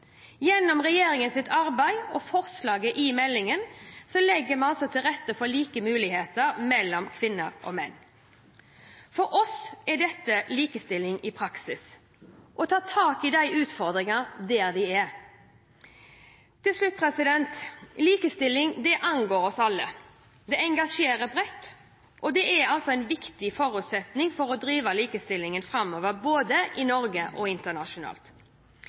Gjennom regjeringens arbeid og forslagene i meldingen legger vi til rette for like muligheter mellom kvinner og menn. For oss er dette likestilling i praksis: å ta tak i utfordringene der de er. Til slutt: Likestilling angår oss alle og engasjerer bredt. Dette er en viktig forutsetning for å drive likestillingen framover både i Norge og internasjonalt.